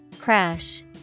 Crash